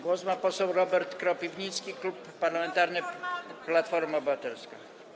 Głos ma poseł Robert Kropiwnicki, Klub Parlamentarny Platforma Obywatelska.